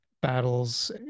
battles